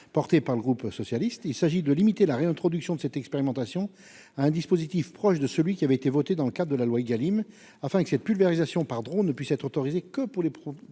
par le groupe socialiste. Il s'agit de limiter la réintroduction de cette expérimentation à un dispositif proche de celui qui avait été voté dans le cadre de la loi Égalim, afin que la pulvérisation par drone ne puisse être autorisée que pour les